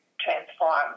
transform